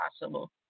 possible